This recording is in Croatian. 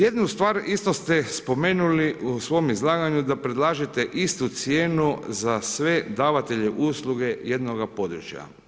Jedinu stvar isto ste spomenuli u svom izlaganju da predlažete istu cijenu za sve davatelje usluge jednoga područja.